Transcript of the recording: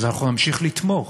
אנחנו נמשיך לתמוך,